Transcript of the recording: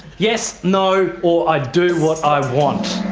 yes, no, or i do what i want.